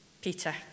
Peter